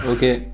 Okay